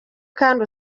kandi